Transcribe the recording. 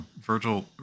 Virgil